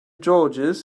george’s